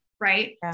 right